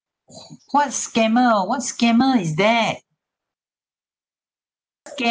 what scammer what scammer is that